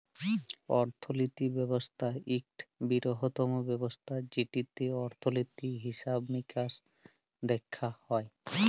অর্থলিতি ব্যবস্থা ইকট বিরহত্তম ব্যবস্থা যেটতে অর্থলিতি, হিসাব মিকাস দ্যাখা হয়